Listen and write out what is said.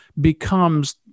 becomes